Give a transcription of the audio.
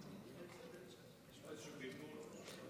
היה איזשהו בלבול פה.